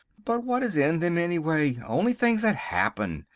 but what is in them, anyway only things that happen,